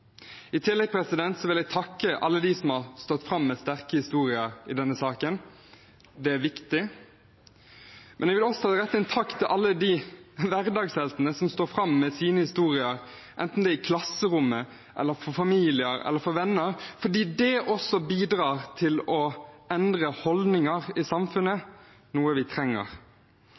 I tillegg vil jeg takke alle de som har stått fram med sterke historier i denne saken. Det er viktig. Men jeg vil også rette en takk til alle de hverdagsheltene som står fram med sine historier, enten det er i klasserommet eller for familier eller for venner, fordi det også bidrar til å endre holdninger i samfunnet, noe vi trenger.